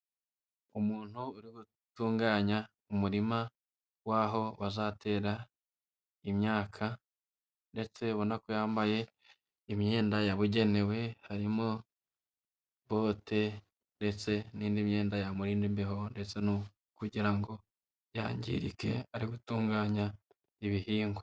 Umuntu uri gutunganya umurima w'aho bazatera imyaka, ndetse ubona ko yambaye imyenda yabugenewe harimo bote ndetse n'indi myenda yamurinda imbeho ndetse no kugira ngo yangirike ari gutunganya ibihingwa.